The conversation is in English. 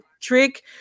trick